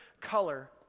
color